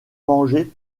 vengé